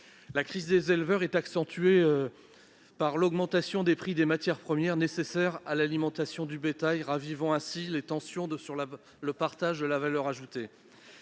La crise des éleveurs est accentuée par l'augmentation des prix des matières premières nécessaires à l'alimentation du bétail, ravivant ainsi des tensions sur le partage de la valeur ajoutée.